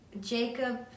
jacob